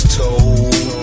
told